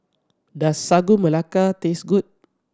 does Sagu Melaka taste good